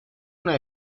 una